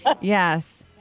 yes